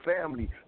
family